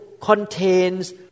contains